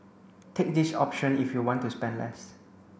take this option if you want to spend less